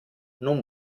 non